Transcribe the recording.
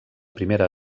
primera